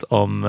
om